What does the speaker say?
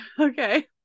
okay